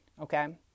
Okay